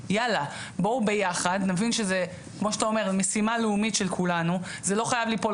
זה ממש לדבר